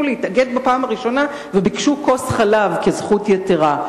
להתאגד בפעם הראשונה וביקשו כוס חלב כזכות יתירה.